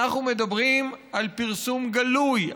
אנחנו מדברים על פרסום גלוי,